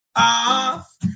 off